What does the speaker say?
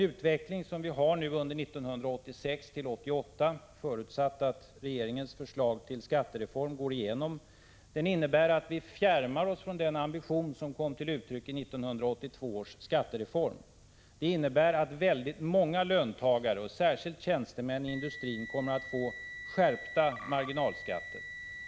Utvecklingen under 1986-1988 innebär, förutsatt att regeringens förslag till skattereform går igenom, att vi fjärmar oss från den ambition som kom till uttryck i 1982 års skattereform. Det innebär att väldigt många löntagare, särskilt tjänstemän i industrin, kommer att få skärpta marginalskatter.